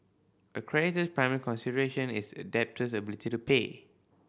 a creditor's primary consideration is a debtor's ability to pay